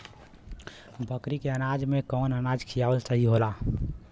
बकरी के अनाज में कवन अनाज खियावल सही होला?